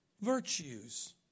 virtues